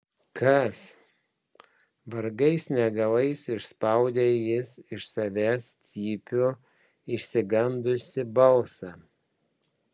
kas vargais negalais išspaudė jis iš savęs cypių išsigandusį balsą